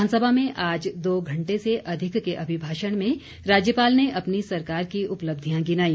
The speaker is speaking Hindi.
विधानसभा में आज दो घंटे से अधिक के अभिभाषण में राज्यपाल ने अपनी सरकार की उपलब्धियां गिनाई